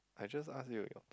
I just ask you your turn